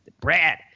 brad